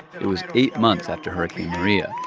it was eight months after hurricane maria.